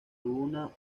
una